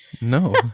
No